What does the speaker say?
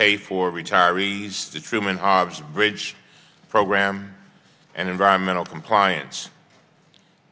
pay for retirees the truman hobbs bridge program and environmental compliance